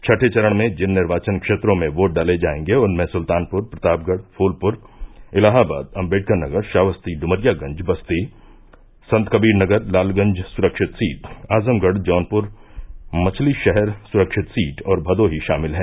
छठे चरण में जिन निर्वाचन क्षेत्रों में वोट डाले जायेंगे उनमें सुल्तानपुर प्रतापगढ़ फूलपुर इलाहाबाद अम्बेडकर नगर श्रावस्ती ड्मरियागंज बस्ती संतकबीर नगर लालगंज सुरक्षित सीट आज़मगढ़ जोनपुर मछलीशहर सुरक्षित सीट और भदोही शामिल हैं